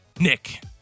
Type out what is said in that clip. Nick